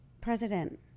president